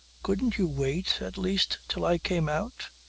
couldn't you wait at least till i came out?